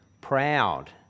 proud